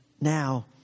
now